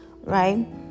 right